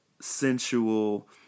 sensual